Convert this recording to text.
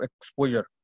exposure